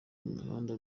imihanda